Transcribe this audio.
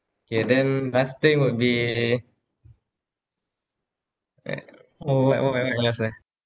K then last thing would be uh orh what uh what else ah